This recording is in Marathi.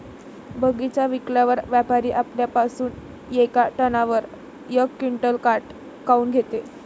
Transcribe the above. बगीचा विकल्यावर व्यापारी आपल्या पासुन येका टनावर यक क्विंटल काट काऊन घेते?